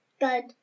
Good